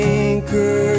anchor